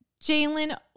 Jalen